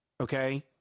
Okay